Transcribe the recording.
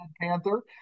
Panther